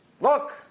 look